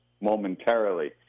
momentarily